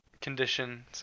condition